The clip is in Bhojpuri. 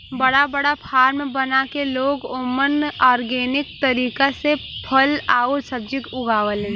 बड़ा बड़ा फार्म बना के लोग ओमन ऑर्गेनिक तरीका से फल आउर सब्जी उगावलन